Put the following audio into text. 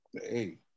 Hey